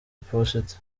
iposita